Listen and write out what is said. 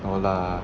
no lah